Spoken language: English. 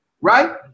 right